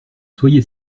soyez